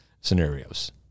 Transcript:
scenarios